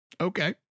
Okay